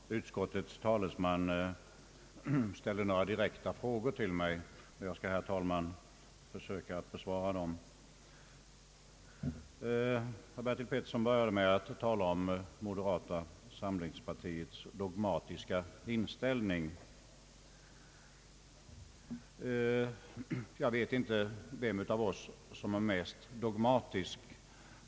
Herr talman! Utskottets talesman ställde några direkta frågor till mig, och jag skall försöka besvara dem. Herr Bertil Petersson började med att tala om moderata samlingspartiets »dogmatiska» inställning. Jag vet inte vem av oss som är mest dogmatisk.